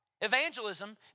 evangelism